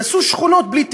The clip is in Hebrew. יעשו שכונות בלי תכנון.